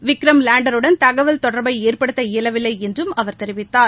விக்ரம் லேண்டருடன் தகவல் தொடர்பை ஏற்படுத்த இயலவில்லை என்றும் அவர் தெரிவித்தார்